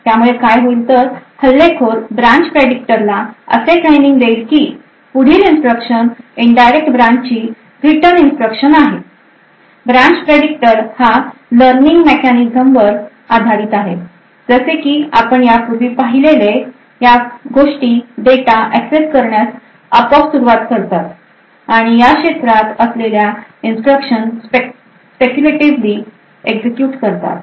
त्यामुळे काय होईल तर हल्लेखोर ब्रांच प्रेदिक्टरला असे ट्रेनिंग देईल की पुढील इन्स्ट्रक्शन इनडायरेक्ट ब्रांचची रिटर्न इन्स्ट्रक्शन आहेब्रांच प्रेदिक्टर हा लर्निंग मेकॅनिझम वर आधारित आहे जसे की आपण यापूर्वी पाहिलेले या गोष्टी डेटा एक्सेस करण्यास आपोआप सुरुवात करतात आणि या क्षेत्रात असलेल्या इन्स्ट्रक्शन speculatively एक्झिक्युट करतात